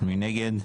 מי נגד?